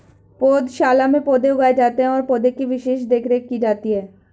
पौधशाला में पौधे उगाए जाते हैं और पौधे की विशेष देखरेख की जाती है